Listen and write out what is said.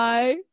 Bye